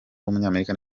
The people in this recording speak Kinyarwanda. w’umunyamerika